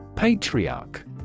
Patriarch